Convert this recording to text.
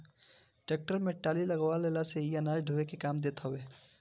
tractor में trolley लगवा लेहला से इ अनाज ढोअला के काम देत हवे